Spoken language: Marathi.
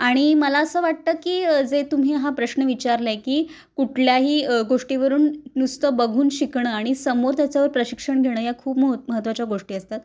आणि मला असं वाटतं की जे तुम्ही हा प्रश्न विचारलं आहे की कुठल्याही गोष्टीवरून नुसतं बघून शिकणं आणि समोर त्याचं प्रशिक्षण घेणं या खूप महत् महत्त्वाच्या गोष्टी असतात